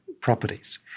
properties